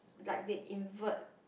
like they invert